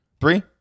Three